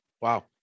Wow